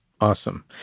Awesome